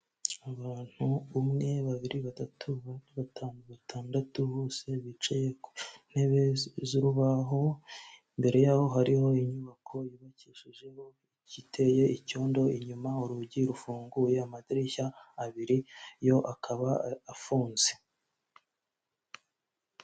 Abantu umwe, babiri, batatu, bane, batanu, batandatu bose bicaye ku ntebe z'urubaho imbere yaho hariho inyubako yubakishijeho igiteye icyondo inyuma urugi rufunguye amadirishya abiri yo akaba afunze.